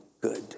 good